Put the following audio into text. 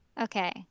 Okay